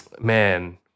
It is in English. man